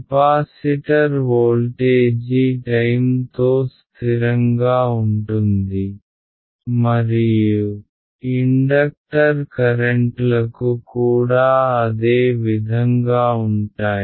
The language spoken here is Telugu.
కెపాసిటర్ వోల్టేజీ టైమ్ తో స్థిరంగా ఉంటుంది మరియు ఇండక్టర్ కరెంట్లకు కూడా అదే విధంగా ఉంటాయి